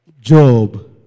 Job